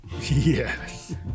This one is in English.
Yes